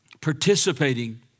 participating